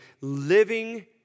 living